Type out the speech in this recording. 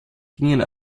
gingen